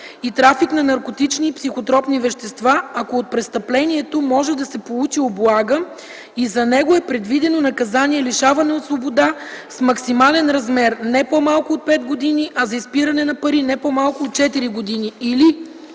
и трафик на наркотични и психотропни вещества, ако от престъплението може да се получи облага и за него е предвидено наказание лишаване от свобода с максимален размер не по-малко от пет години, а за изпиране на пари – не по-малко от четири години, или 4.